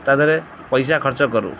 ତା' ଦେହରେ ପଇସା ଖର୍ଚ୍ଚ କରୁ